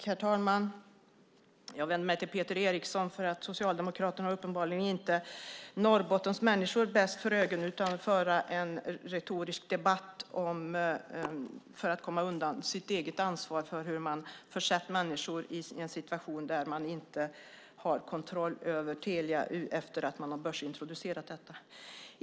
Herr talman! Jag vänder mig till Peter Eriksson, för Socialdemokraterna har uppenbarligen inte Norrbottens människors bästa för ögonen utan vill föra en retorisk debatt för att komma undan sitt eget ansvar för hur man har försatt människor i en situation där man inte har kontroll över Telia efter att man har börsintroducerat bolaget.